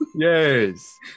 Yes